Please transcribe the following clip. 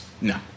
No